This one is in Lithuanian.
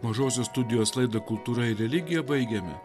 mažosios studijos laidą kultūra ir religija baigiame